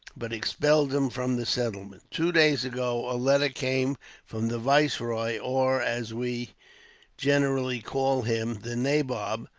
but expelled him from the settlement. two days ago a letter came from the viceroy or, as we generally call him, the nabob,